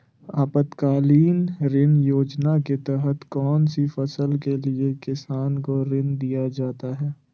आपातकालीन ऋण योजना के तहत कौन सी फसल के लिए किसान को ऋण दीया जाता है?